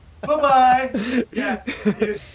Bye-bye